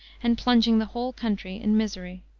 and plunging the whole country in misery.